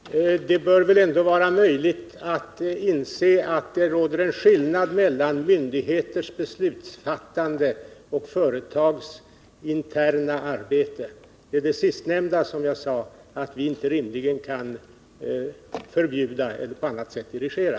Herr talman! Det bör väl ändå vara möjligt att inse att det råder en skillnad mellan myndigheters beslutsfattande och företags interna arbete. Det är det sistnämnda som jag sade att vi inte rimligen kan förbjuda eller på annat sätt dirigera.